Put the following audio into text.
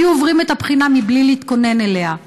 היו עוברים את הבחינה מבלי להתכונן אליה.